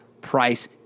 price